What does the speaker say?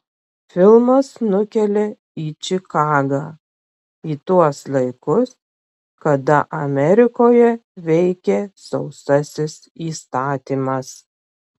filmas nukelia į čikagą į tuos laikus kada amerikoje veikė sausasis įstatymas